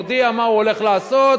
מודיע מה הוא הולך לעשות,